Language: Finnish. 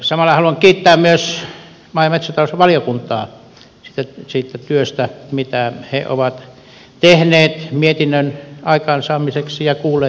samalla haluan kiittää myös maa ja metsätalousvaliokuntaa siitä työstä mitä he ovat tehneet mietinnön aikaansaamiseksi ja kuulleet asiantuntijoita